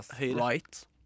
Right